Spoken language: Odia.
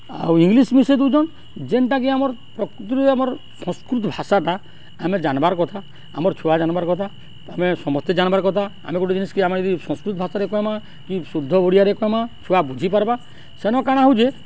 ଆଉ ଇଂଲିଶ୍ ମିଶେଇ ଦଉଚନ୍ ଯେନ୍ଟାକି ଆମର୍ ପ୍ରକୃତରେ ଆମର୍ ସଂସ୍କୃତ୍ ଭାଷାଟା ଆମେ ଜାନ୍ବାର୍ କଥା ଆମର୍ ଛୁଆ ଜାନ୍ବାର୍ କଥା ଆମେ ସମସ୍ତେ ଜାନ୍ବାର୍ କଥା ଆମେ ଗୁଟେ ଜିନିଷ୍କେ ଆମ ଯଦି ସଂସ୍କୃତ୍ ଭାଷାରେ କହେମା କି ଶୁଦ୍ଧ ଓଡ଼ିଆରେ କହେମା ଛୁଆ ବୁଝିପାର୍ବା ସେନ କାଣା ହଉଚେ